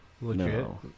No